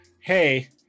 Hey